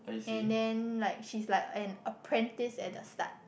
and then like she's like an apprentice at the star